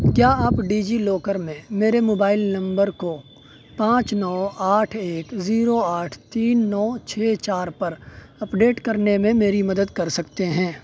کیا آپ DigiLocker میں میرے موبائل نمبر کو پانچ نو آٹھ ایک زیرو آٹھ تین نو چھ چار پر اپڈیٹ کرنے میں میری مدد کر سکتے ہیں